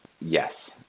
Yes